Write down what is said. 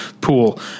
pool